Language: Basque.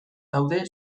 daude